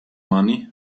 money